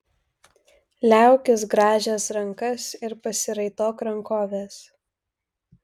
liaukis grąžęs rankas ir pasiraitok rankoves